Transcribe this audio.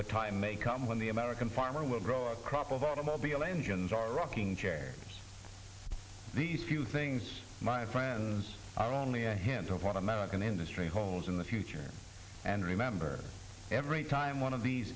the time may come when the american farmer will grow a crop of automobile engines are rocking chair the few things my friends are only a hint of what american industry homes in the future and remember every time one of these